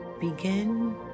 begin